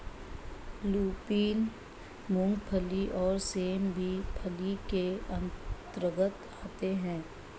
lupin, मूंगफली और सेम भी फली के अंतर्गत आते हैं